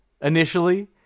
initially